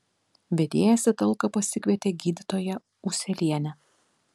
vedėjas į talką pasikvietė gydytoją ūselienę